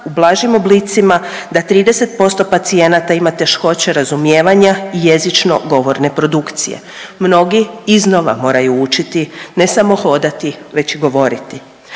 u blažim oblicima da 30% pacijenata ima teškoće razumijevanja i jezično govorne produkcije, mnogi iznova moraju učiti ne samo hodati već i govoriti.